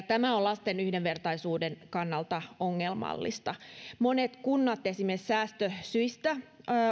tämä on lasten yhdenvertaisuuden kannalta ongelmallista monet kunnat esimerkiksi säästösyistä